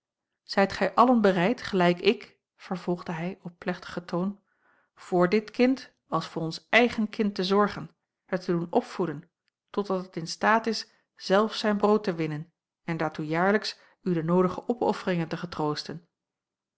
zijt gij allen bereid gelijk ik vervolgde hij op plechtigen toon voor dit kind als voor ons eigen kind te zorgen het te doen opvoeden totdat het in staat is zelf zijn brood te winnen en daartoe jaarlijks u de noodige opofferingen te getroosten